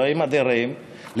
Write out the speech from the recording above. אלוהים אדירים,